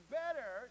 better